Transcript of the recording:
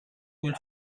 will